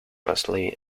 wesley